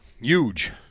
Huge